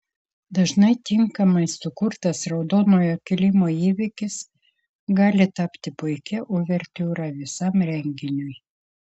dažnai tinkamai sukurtas raudonojo kilimo įvykis gali tapti puikia uvertiūra visam renginiui